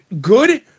good